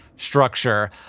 Structure